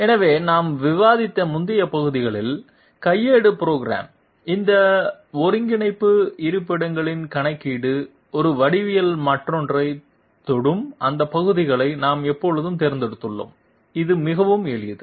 எனவே நாம் விவாதித்த முந்தைய பகுதிகளில் கையேடு புரோகிராம் இந்த ஒருங்கிணைப்பு இருப்பிடங்களின் கணக்கீடு ஒரு வடிவியல் மற்றொன்றைத் தொடும் அந்த பகுதிகளை நாம் எப்போதும் தேர்ந்தெடுத்துள்ளோம் இது மிகவும் எளிது